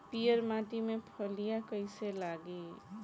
पीयर माटी में फलियां कइसे लागी?